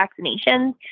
vaccinations